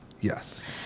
yes